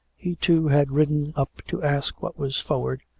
he, too, had ridden up to ask what was forward,